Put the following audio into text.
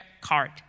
card